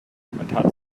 kommentar